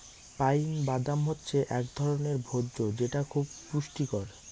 pine বাদাম হচ্ছে এক ধরনের ভোজ্য যেটা খুব পুষ্টিকর